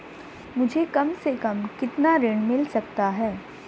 मुझे कम से कम कितना ऋण मिल सकता है?